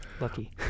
Lucky